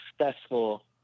successful